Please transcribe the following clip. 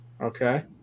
Okay